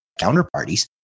counterparties